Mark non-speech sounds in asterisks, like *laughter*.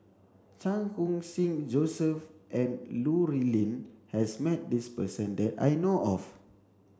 Chan Khun Sing Joseph and *unintelligible* has met this person that I know of